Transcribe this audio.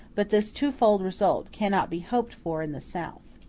but this twofold result cannot be hoped for in the south.